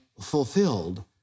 fulfilled